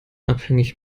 abhängig